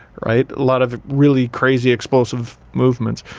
right. a lot of really crazy, explosive movements.